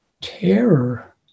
terror